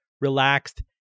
relaxed